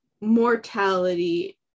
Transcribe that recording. mortality